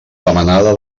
demanada